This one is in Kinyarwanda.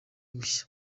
gushya